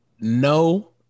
No